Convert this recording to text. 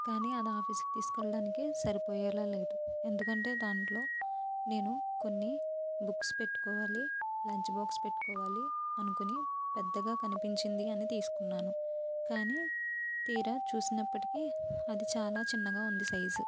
కాని అది ఆఫీస్కి తీసుకెళ్లడానికి సరిపోయేలా లేదు ఎందుకంటే దాంట్లో నేను కొన్ని బుక్స్ పెట్టుకోవాలి లంచ్ బాక్స్ పెట్టుకోవాలి అనుకుని పెద్దగా కనిపించింది అని తీసుకున్నాను కానీ తీరా చూసినప్పటికి అది చాలా చిన్నగా ఉంది సైజు